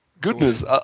goodness